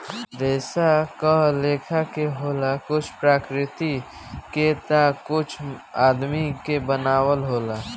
रेसा कए लेखा के होला कुछ प्राकृतिक के ता कुछ आदमी के बनावल होला